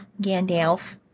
Gandalf